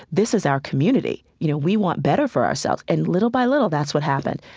this is our community, you know? we want better for ourselves and little by little, that's what happened.